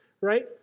right